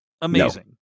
amazing